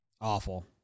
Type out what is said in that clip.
Awful